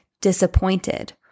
disappointed